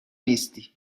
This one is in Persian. نیستی